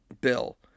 bill